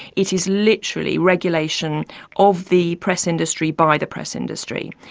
it is literally regulation of the press industry by the press industry.